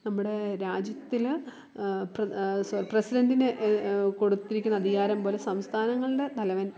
നമ്മുടെ രാജ്യത്തിൽ പ്ര പ്രസിഡൻറ്റിനെ കൊടുത്തിരിക്കുന്ന അധികാരം പോലെ സംസ്ഥാനങ്ങളുടെ തലവൻ